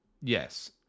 yes